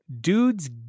dudes